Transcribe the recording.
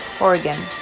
Oregon